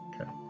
Okay